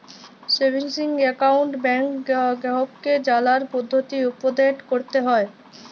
savings account ব্যাংকে গ্রাহককে জালার পদ্ধতি উপদেট ক্যরতে হ্যয়